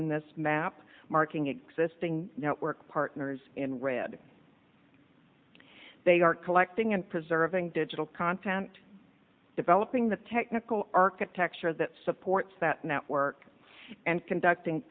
on this map marking existing network partners in red they are collecting and preserving digital content developing the technical architecture that supports that network and conducting